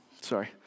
Sorry